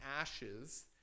ashes